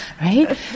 Right